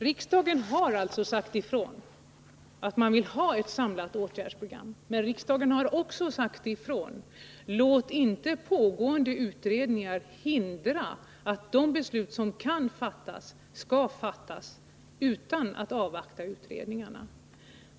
Riksdagen har sagt ifrån att den vill ha ett samlat åtgärdsprogram. Men riksdagen har också sagt ifrån: Låt inte pågående utredningar hindra att de beslut fattas som kan fattas utan att utredningarna avvaktas!